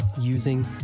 using